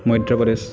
Madhya Pradesh